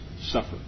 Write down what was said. suffer